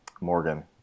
Morgan